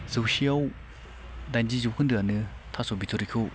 जौसेयाव दाइनजि जौखोन्दोआनो थास' बिथ'रिखौ